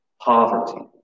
poverty